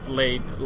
late